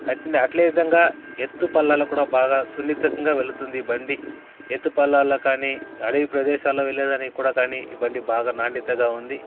అట్లే విధంగా ఎత్తు పల్లాలు కూడా బాగా సున్నితత్వంగా వెళ్తుంది ఈ బండి ఎత్తు పళ్ళాల్లో కానీ అడివి ప్రదేశాల్లో వెళ్లే దానికి కూడా కానీ ఈ బండి బాగా నాణ్యతగా ఉంది